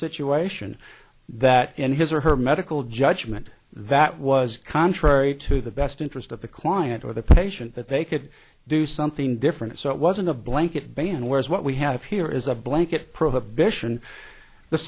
situation that in his or her medical judgment that was contrary to the best interest of the client or the patient that they could do something different so it wasn't a blanket ban whereas what we have here is a blanket prohibition the